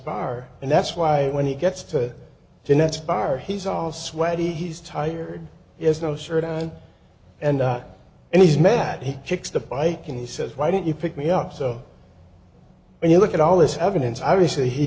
bar and that's why when he gets to the next bar he's all sweaty he's tired yes no shirt on and he's mad that he kicks the bike and he says why don't you pick me up so when you look at all this evidence obviously he